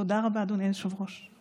הדבר הבא זה היכולת לרכוש דרך בית הספר,